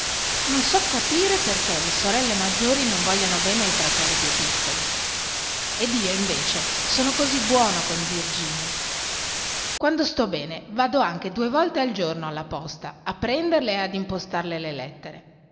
non so capire perché le sorelle maggiori non vogliano bene ai fratelli più piccoli ed io invece sono così buono con virginia quando sto bene vado anche due volte al giorno alla posta a prenderle e ad impostarle le lettere